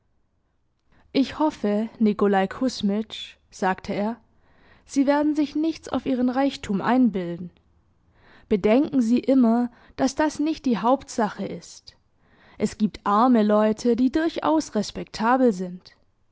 ich hoffe nikolaj kusmitsch sagte er sie werden sich nichts auf ihren reichtum einbilden bedenken sie immer daß das nicht die hauptsache ist es giebt arme leute die durchaus respektabel sind